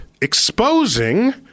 exposing